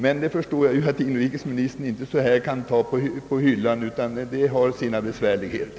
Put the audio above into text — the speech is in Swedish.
Men jag förstår också att inrikesministern inte omedelbart kan ge något sådant löfte.